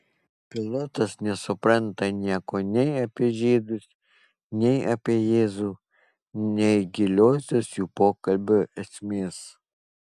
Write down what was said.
pilotas nesupranta nieko nei apie žydus nei apie jėzų nei giliosios jų pokalbio esmės